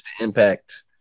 impact